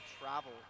travel